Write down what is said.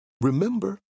Remember